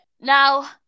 Now